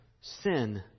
sin